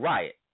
Riot